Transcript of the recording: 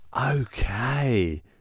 okay